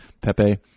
Pepe